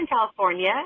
California